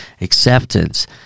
acceptance